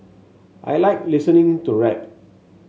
I like listening to rap